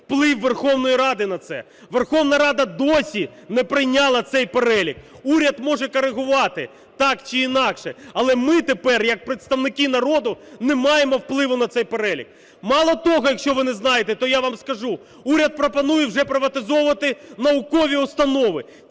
вплив Верховної Ради на це. Верховна Рада досі не прийняла цей перелік. Уряд може корегувати так чи інакше. Але ми тепер як представники народу не маємо впливу на цей перелік. Мало того, якщо ви не знаєте, то я вам скажу, уряд пропонує вже приватизовувати наукові установи